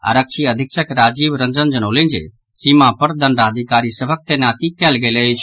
आरक्षी अधीक्षक राजीव रंजन जनौलनि जे सीमा पर दंडाधिकारी सभक तैनाती कयल गेल अछि